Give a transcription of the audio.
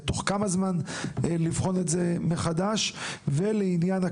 ותוך כמה זמן יש לבחון את זה מחדש; ופתרון,